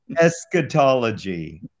Eschatology